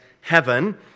heaven